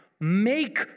Make